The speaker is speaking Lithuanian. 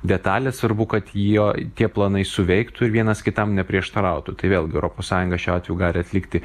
detalės svarbu kad jo tie planai suveiktų ir vienas kitam neprieštarautų tai vėlgi europos sąjunga šiuo atveju gali atlikti